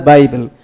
Bible